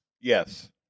Yes